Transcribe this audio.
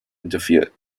interfered